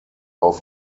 auf